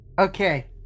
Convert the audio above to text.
Okay